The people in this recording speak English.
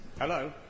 Hello